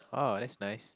oh that's nice